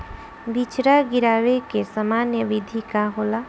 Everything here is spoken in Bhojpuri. बिचड़ा गिरावे के सामान्य विधि का होला?